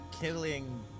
killing